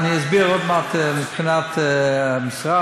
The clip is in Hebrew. אסביר עוד מעט מבחינת המשרד,